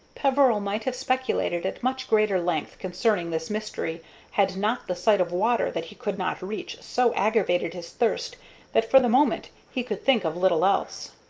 peveril might have speculated at much greater length concerning this mystery had not the sight of water that he could not reach so aggravated his thirst that for the moment he could think of little else.